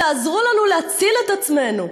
תעזרו לנו להציל את עצמנו.